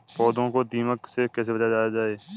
पौधों को दीमक से कैसे बचाया जाय?